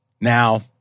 Now